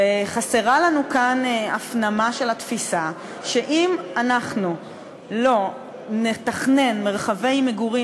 וחסרה לנו כאן הפנמה של התפיסה שאם אנחנו לא נתכנן מרחבי מגורים